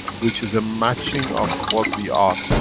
which is a matching of what we are,